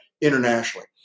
internationally